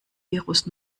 virus